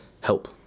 help